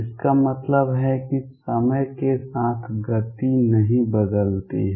इसका मतलब है कि समय के साथ गति नहीं बदलती है